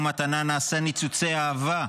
ומכל מתנה ומתנה נעשה ניצוצי אהבה,